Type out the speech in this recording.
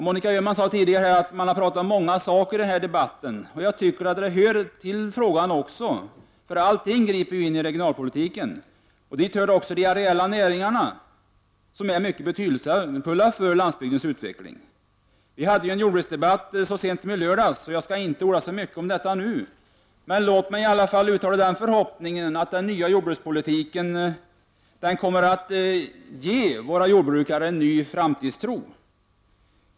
Monica Öhman sade att det har talats om många saker i denna debatt, och det är väl något som hör till sakens natur. Allting griper ju in i regionalpolitiken. Dit hör också de areella näringarna som är mycket betydelsefulla för landsbygdens utveckling. Vi förde ju en jordbruksdebatt här så sent som i lördags, så jag skall inte orda så mycket om detta nu. Låt mig i alla fall uttala förhoppningen att den nya jordbrukspolitiken kommer att ge våra jordbrukare en ny framtidstro.